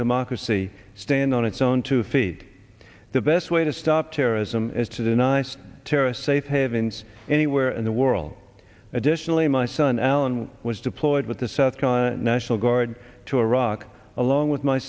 democracy stand on its own two feet the best way to stop terrorism is to nice terrorist safe havens anywhere in the world additionally my son alan was deployed with the south korean national guard to iraq along with my